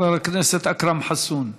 חבר הכנסת אכרם חסון.